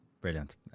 Brilliant